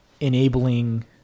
enabling